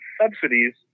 subsidies